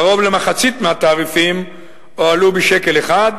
קרוב למחצית מהתעריפים הועלו בשקל אחד,